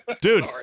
Dude